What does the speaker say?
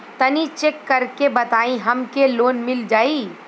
तनि चेक कर के बताई हम के लोन मिल जाई?